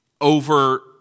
over